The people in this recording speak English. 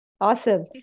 Awesome